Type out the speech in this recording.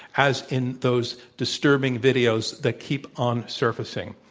as in those disturbing videos that keep on surfacing.